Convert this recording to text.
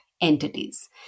entities